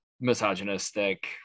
misogynistic